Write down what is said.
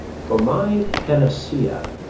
for my panacea,